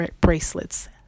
bracelets